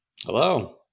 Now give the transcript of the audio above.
hello